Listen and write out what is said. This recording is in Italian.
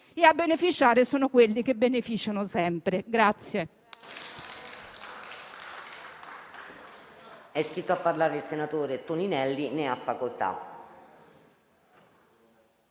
e a beneficiare sono quelli che beneficiano sempre.